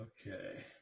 Okay